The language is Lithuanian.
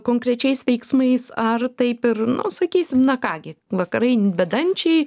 konkrečiais veiksmais ar taip ir nu sakysim na ką gi vakarai bedančiai